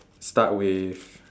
start with